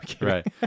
Right